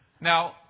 Now